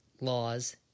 laws